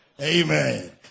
amen